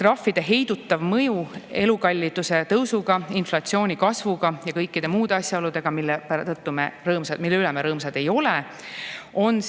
Trahvide heidutav mõju [suureneb] elukalliduse tõusuga, inflatsiooni kasvuga ja kõikide muude asjaoludega, mille üle me rõõmsad ei ole, aga on